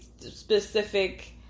specific